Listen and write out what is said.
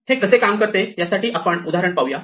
हे कसे काम करते त्यासाठी आपण हे उदाहरण पाहूया